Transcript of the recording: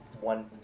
one